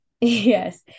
yes